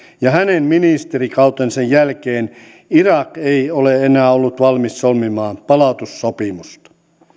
ja hänen ministerikautensa jälkeen irak ei ole enää ollut valmis solmimaan palautussopimusta